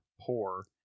poor